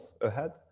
ahead